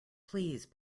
please